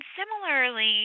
similarly